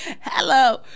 Hello